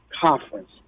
conference